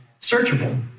Searchable